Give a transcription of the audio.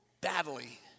badly